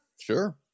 sure